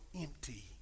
empty